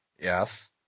Yes